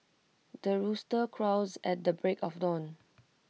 the rooster crows at the break of dawn